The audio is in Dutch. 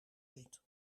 ziet